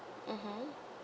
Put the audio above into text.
mmhmm